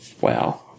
Wow